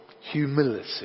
humility